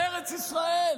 על ארץ ישראל,